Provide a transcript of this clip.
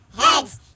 heads